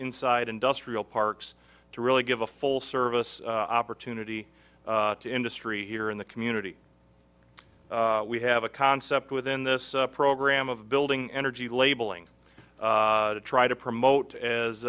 inside industrial parks to really give a full service opportunity to industry here in the community we have a concept within this program of building energy labeling to try to promote